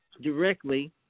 directly